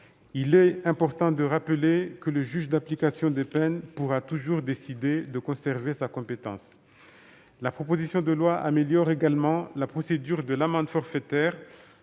Il est important de rappeler que le juge d'application des peines pourra toujours décider de conserver sa compétence. La proposition de loi améliore également la procédure de l'amende forfaitaire